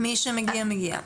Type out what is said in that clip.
מי שמגיע, מגיע.